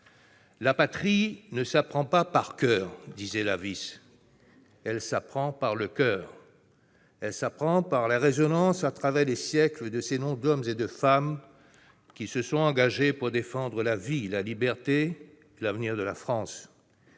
« La patrie ne s'apprend pas par coeur, elle s'apprend par le coeur », disait Lavisse. Elle s'apprend par la résonance à travers les siècles de ces noms d'hommes et de femmes qui se sont engagés pour défendre la vie, la liberté, l'avenir de la France.